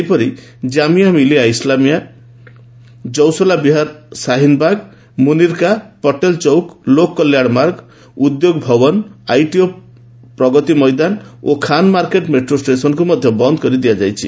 ସେହିପରି ଜାମିଆ ମିଲିଆ ଇସ୍ଲାମିଆ ଯଶୋଲା ବିହାର ସାହିନବାଗ ମୁନିର୍କା ପଟେଲଚୌକ ଲୋକ କଲ୍ୟାଶମାର୍ଗ ଉଦ୍ୟୋଗ ଭଓ୍ୱନ ଆଇଟିଓ ପ୍ରଗତି ମଇଦାନ ଓ Khan market metro ଷେସନକୁ ମଧ୍ୟ ବନ୍ଦ କରିଦିଆଯାଇଛି